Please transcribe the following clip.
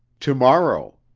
tomorrow.